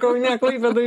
kaune klaipėdoje